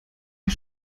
ihr